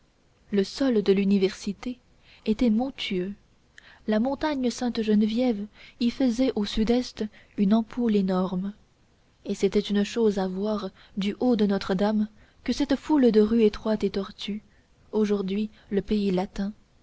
le sol de l'université était montueux la montagne sainte-geneviève y faisait au sud-est une ampoule énorme et c'était une chose à voir du haut de notre-dame que cette foule de rues étroites et tortues